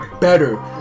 better